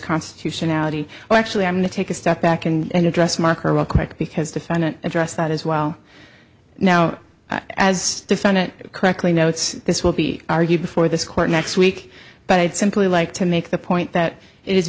constitutionality well actually i'm going to take a step back and address marker real quick because defendant addressed that as well now as defendant correctly notes this will be argued before this court next week but i'd simply like to make the point that it is